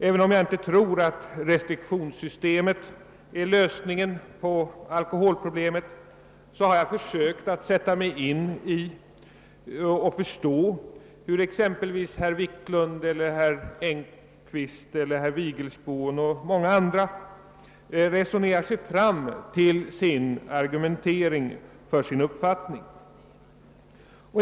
Trots att jag inte tror att restriktionssystem är lösningen på alkoholproblemet har jag försökt sätta mig in i och förstå hur exempelvis herr Wiklund i Stockholm, herr Engkvist, herr Vigelsbo och andra resonerar sig fram till sin uppfattning.